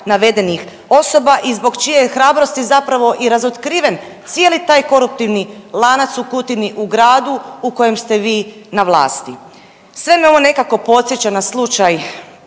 navedenih osoba i zbog čije je hrabrosti zapravo i razotkriven cijeli taj koruptivni lanac u Kutini, u gradu u kojem ste vi na vlasti. Sve me ovo nekako podsjeća na slučaj